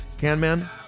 Can-Man